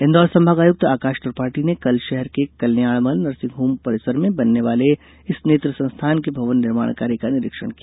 इंदौर संभागायुक्त आकाश त्रिपाठी ने कल शहर के कल्याणमल नर्सिंग होम परिसर में बनने वाले इस नेत्र संस्थान के भवन निर्माण कार्य का निरीक्षण किया